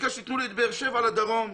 ביקשתי שיהיה בבאר-שבע בדרום,